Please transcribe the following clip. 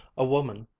a woman,